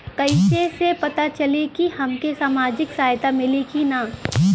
कइसे से पता चली की हमके सामाजिक सहायता मिली की ना?